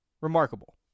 remarkable